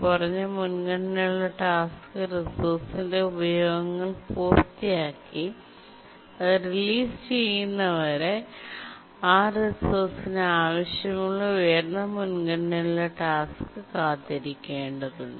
കുറഞ്ഞ മുൻഗണനയുള്ള ടാസ്ക് റിസോഴ്സിന്റെ ഉപയോഗങ്ങൾ പൂർത്തിയാക്കി അത് റിലീസ് ചെയ്യുന്നതുവരെ ആ റിസോഴ്സിന് ആവശ്യമുള്ള ഉയർന്ന മുൻഗണനയുള്ള ടാസ്ക് കാത്തിരിക്കേണ്ടതുണ്ട്